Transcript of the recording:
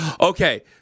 Okay